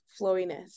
flowiness